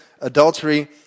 adultery